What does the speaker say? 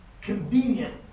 convenient